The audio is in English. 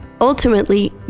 ultimately